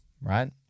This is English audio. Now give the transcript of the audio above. right